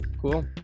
Cool